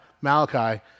Malachi